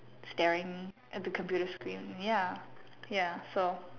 staring at the computer screen ya ya so